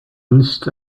nicht